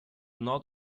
not